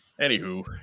Anywho